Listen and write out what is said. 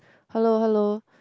hello hello